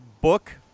book